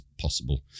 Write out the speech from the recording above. possible